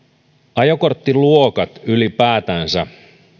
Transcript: ajokorttiluokat ylipäätänsä